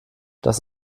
das